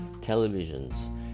televisions